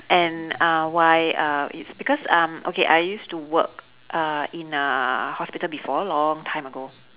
and uh why uh it's because um okay I used to work uh in a hospital before long time ago